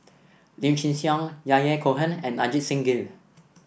Lim Chin Siong Yahya Cohen and Ajit Singh Gill